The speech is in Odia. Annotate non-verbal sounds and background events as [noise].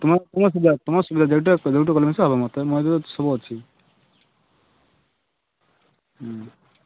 ତୁମକୁ କ'ଣ ସୁବିଧା ତୁମ ସୁବିଧା ଯେଉଁଟା ସେଇଟାରେ କରିବ ମୋତେ ମୋ [unintelligible] ସବୁ ଅଛି